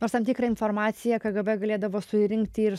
nors tam tikrą informaciją kgb galėdavo surinkti ir